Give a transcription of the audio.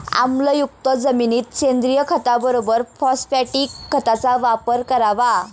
आम्लयुक्त जमिनीत सेंद्रिय खताबरोबर फॉस्फॅटिक खताचा वापर करावा